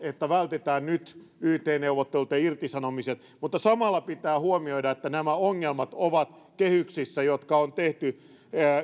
että vältetään nyt yt neuvottelut ja irtisanomiset mutta samalla pitää huomioida että nämä ongelmat ovat kehyksissä jotka on tehty